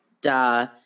Duh